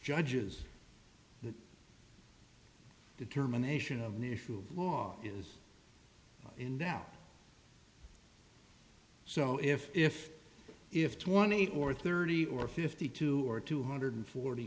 judges the determination of the issue of law is in doubt so if if if twenty or thirty or fifty two or two hundred forty